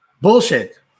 Bullshit